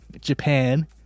Japan